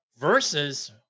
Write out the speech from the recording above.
Versus